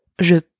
je